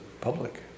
public